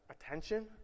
attention